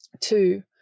Two